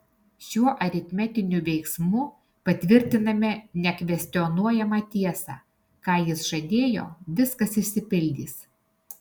šiuo aritmetiniu veiksmu patvirtiname nekvestionuojamą tiesą ką jis žadėjo viskas išsipildys